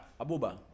Abuba